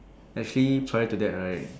actually prior to that right